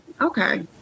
okay